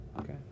Okay